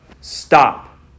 stop